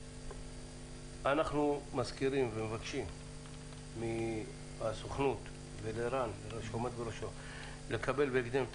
אנחנו מזכירים ומבקשים מהסוכנות ומרן שעומד בראשה לקבל בהקדם את